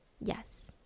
Yes